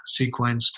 sequenced